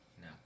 No